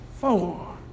four